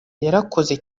yarakoze